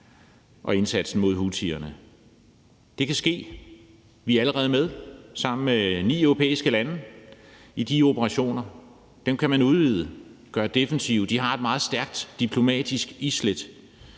og indsatsen mod houthierne. Det kan ske. Vi er allerede med sammen med ni europæiske lande i de operationer. Dem kan man udvide og gøre defensive. De har et meget stærkt diplomatisk islæt